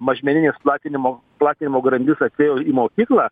mažmeninės platinimo platinimo grandis atėjo į mokyklą